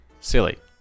silly